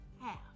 Half